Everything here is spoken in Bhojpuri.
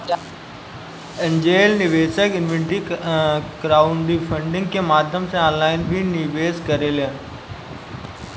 एंजेल निवेशक इक्विटी क्राउडफंडिंग के माध्यम से ऑनलाइन भी निवेश करेले